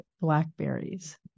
blackberries